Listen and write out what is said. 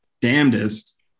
damnedest